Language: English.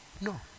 No